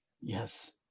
Yes